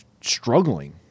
struggling